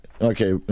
Okay